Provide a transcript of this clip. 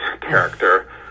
character